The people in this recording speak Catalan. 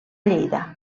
lleida